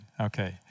Okay